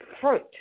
fruit